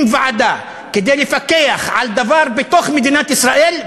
ועדה כדי לפקח על דבר בתוך מדינת ישראל,